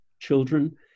children